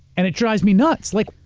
and it drives me nuts. like,